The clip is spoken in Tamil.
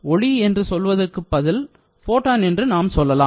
ஒளி என்று சொல்வதற்கு பதில் போட்டான் என்று நாம் சொல்லலாம்